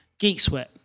GeekSweat